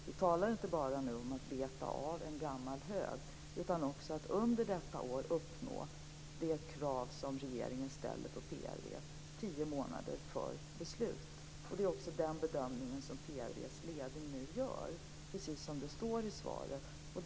Vi talar inte bara om att nu beta av en gammal hög utan också om att under detta år uppnå det krav som regeringen ställer på PRV, dvs. tio månader för beslut. Det är också den bedömning som PRV:s ledning nu gör, precis som det står i svaret.